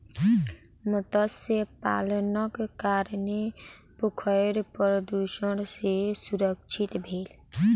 मत्स्य पालनक कारणेँ पोखैर प्रदुषण सॅ सुरक्षित भेल